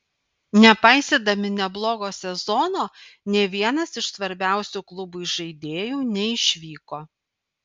nepaisydami neblogo sezono nė vienas iš svarbiausių klubui žaidėjų neišvyko